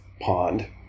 pond